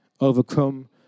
overcome